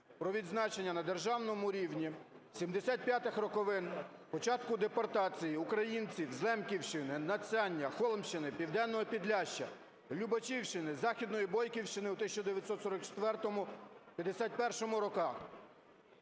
про відзначення на державному рівні 75-х роковин початку депортації українців з Лемківщини, Надсяння, Холмщини, Південного Підляшшя, Любачівщини, Західної Бойківщини в 1944-1951 роках.